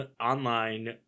online